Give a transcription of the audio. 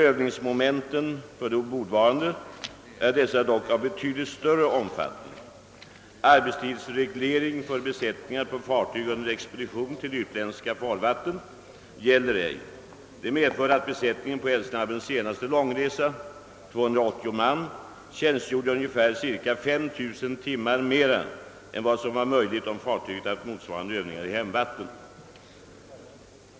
Övningsmomenten för de ombordvarande är av betydligt större omfattning. Arbetstidsregleringen för besättningar på fartyg under expedition till utländska farvatten gäller ej. Detta medförde att besättningen på Älvsnabbens senaste långresa — 280 man — tjänstgjorde ungefär 5 000 timmar mer än vad som varit möjligt om fartyget haft motsvarande övningar i hemmavatten.